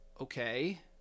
okay